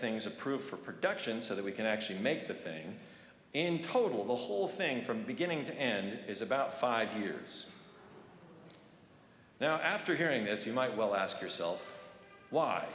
things approved for production so that we can actually make the thing in total the whole thing from beginning to end is about five years now after hearing this you might well ask yourself why